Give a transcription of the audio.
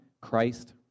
Christ